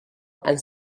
and